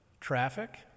traffic